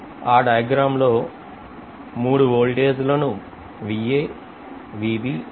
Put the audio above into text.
ఆదియాగ్రమ్లో3 వోల్టేజ్లను అనిఅనుకుందాం